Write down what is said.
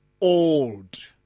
old